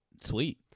Sweet